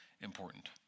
important